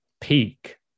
peak